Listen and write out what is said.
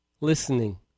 listening